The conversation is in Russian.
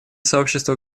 сообщество